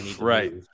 Right